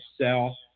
sell